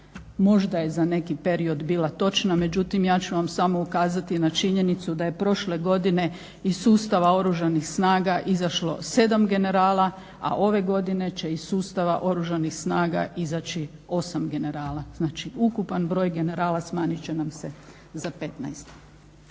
možda je za neki period bila točna. Međutim ja ću vam samo ukazati na činjenicu da je prošle godine iz sustava Oružanih snaga izašlo 7 generala, a ove godine će iz sustava Oružanih snaga izaći 8 generala. Znači ukupan broj generala smanjit će nam se za 15.